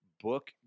book